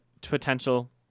potential